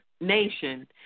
nation